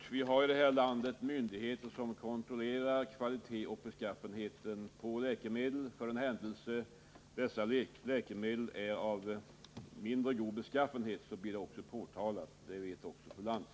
Fru talman! Helt kort: Vi har i detta land myndigheter som kontrollerar läkemedels kvalitet och beskaffenhet. För den händelse dessa läkemedel är av mindre god beskaffenhet blir det också påtalat — det vet även fru Lantz.